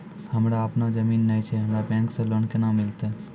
हमरा आपनौ जमीन नैय छै हमरा बैंक से लोन केना मिलतै?